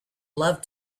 love